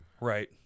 Right